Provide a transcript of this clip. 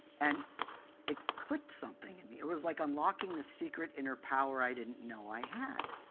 and it clicked something in me. it was like unlocking the secret inner power i didn't know i had.